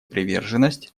приверженность